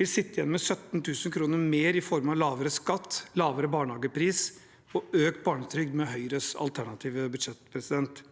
vil sitte igjen med 17 000 kr mer i form av lavere skatt, lavere barnehagepris og økt barnetrygd med Høyres alternative budsjett. Høyres